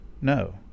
No